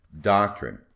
doctrine